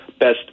best